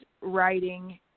writing